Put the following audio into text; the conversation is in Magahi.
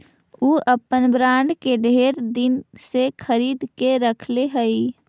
ऊ अपन बॉन्ड के ढेर दिन से खरीद के रखले हई